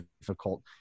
difficult